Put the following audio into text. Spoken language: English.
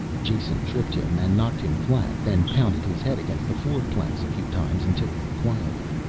jason tripped him and knocked him flat, then pounded his head against the floor planks a few times until he quieted.